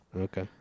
okay